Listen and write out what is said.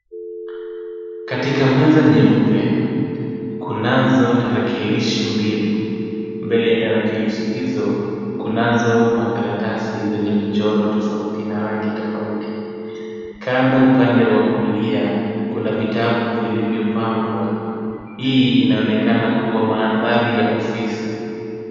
Katika meza nyeupe, kunazo tarakilishi mbili. Mbele ya tarakilishi hizo, kunazo karatasi zenye michoro tofauti na rangi tofauti. Kando upande wa kulia, kuna vitabu vilivyopangwa. Hii inaonekana kuwa mandhari ya ofisi.